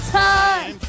time